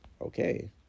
Okay